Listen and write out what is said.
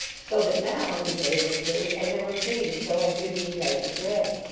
so that now, you may have observed, i never plead until i hear the indictment read.